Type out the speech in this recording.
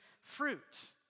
fruit